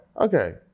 Okay